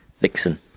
Vixen